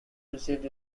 received